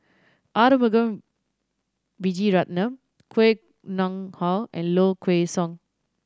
Arumugam Vijiaratnam Koh Nguang How and Low Kway Song